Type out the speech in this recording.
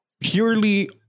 purely